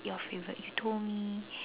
your favourite you told me